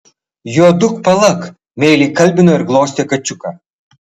juoduk palak meiliai kalbino ir glostė kačiuką